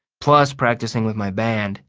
plus practicing with my band.